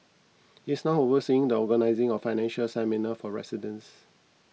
he is now overseeing the organising of financial seminars for residents